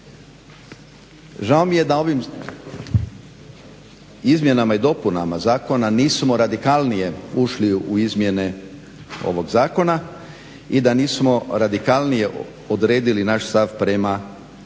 Žao mi je da ovim izmjenama i dopunama Zakona nismo radikalnije ušli u izmjene ovog Zakona i da nismo radikalnije odredili naš stav prema držanju